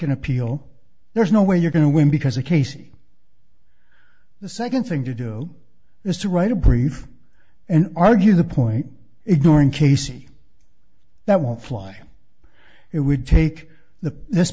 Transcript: an appeal there's no way you're going to win because of casey the second thing to do is to write a brief and argue the point ignoring casey that won't fly it would take the this